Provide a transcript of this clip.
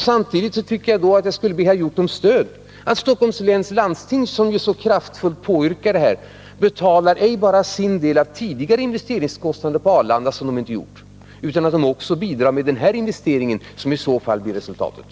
Samtidigt tycker jag — och jag ber herr Hjorth om stöd för det — att Stockholms läns landsting, som så kraftfullt påyrkar en flyttning, betalar ej bara sin del av tidigare kostnader för Arlanda, vilket det inte har gjort, utan också bidrar till den investering som nu kan bli av nöden.